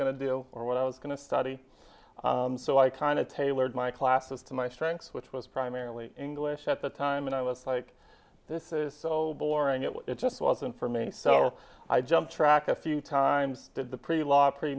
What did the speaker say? going to do or what i was going to study so i kind of tailored my classes to my strengths which was primarily english at the time and i was like this is so boring it just wasn't for me so i jumped track a few times did the pre law pre